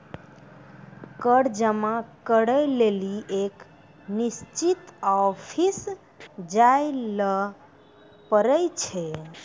कर जमा करै लेली एक निश्चित ऑफिस जाय ल पड़ै छै